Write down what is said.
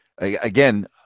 Again